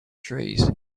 trees